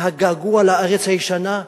והגעגוע לארץ הישנה,